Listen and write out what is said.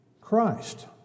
Christ